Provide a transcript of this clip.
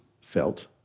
felt